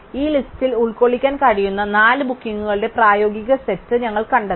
അതിനാൽ ഈ ലിസ്റ്റിൽ ഉൾക്കൊള്ളാൻ കഴിയുന്ന നാല് ബുക്കിംഗുകളുടെ പ്രായോഗിക സെറ്റ് ഞങ്ങൾ കണ്ടെത്തി